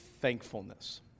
thankfulness